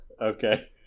okay